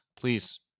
please